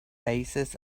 faces